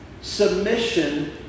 Submission